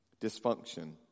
Dysfunction